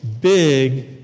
big